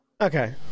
Okay